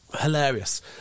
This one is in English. Hilarious